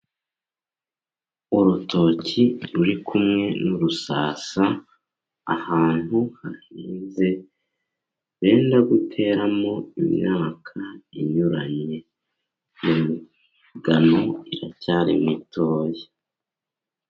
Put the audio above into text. Urutoki ruri kumwe n'urusasa, ahantu hahinze benda guteramo imyaka inyuranye. Imigano iracyari mitoya.